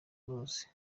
uruzi